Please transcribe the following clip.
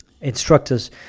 instructors